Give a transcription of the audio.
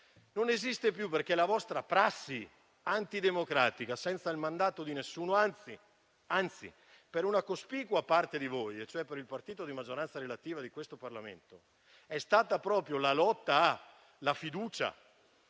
Non esiste più per la vostra prassi antidemocratica, senza il mandato di nessuno. Anzi, per una cospicua parte di voi, cioè per il partito di maggioranza relativa di questo Parlamento, è stata proprio la lotta al voto di fiducia,